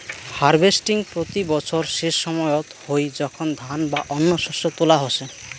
harvesting প্রতি বছর সেসময়ত হই যখন ধান বা অন্য শস্য তোলা হসে